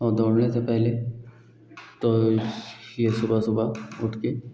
और दौड़ने से पहले तो यह सुबह सुबह उठकर